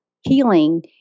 healing